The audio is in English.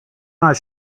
not